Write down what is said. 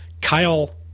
Kyle